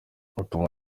utuma